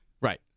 Right